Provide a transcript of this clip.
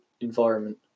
environment